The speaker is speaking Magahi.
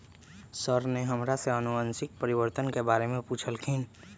सर ने हमरा से अनुवंशिक परिवर्तन के बारे में पूछल खिन